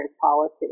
policy